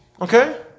Okay